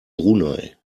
brunei